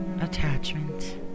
attachment